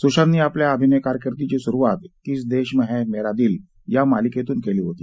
सुशांतनी आपल्या अभिनय कारकिर्दीची सुरुवात किस देश में है मेरा दिल या मालिकेतून केली होती